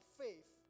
faith